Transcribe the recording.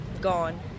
gone